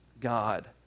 God